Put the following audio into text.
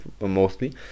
mostly